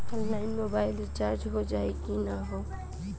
Online mobile recharge हो जाई की ना हो?